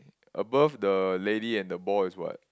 above the lady and the ball is what